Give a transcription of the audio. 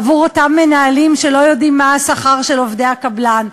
עבור אותם מנהלים שלא יודעים מה השכר של עובדי הקבלן.